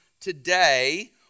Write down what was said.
today